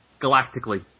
galactically